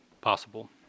possible